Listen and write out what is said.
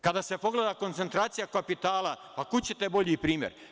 Kada se pogleda koncentracija kapitala, pa kud ćete bolji primer.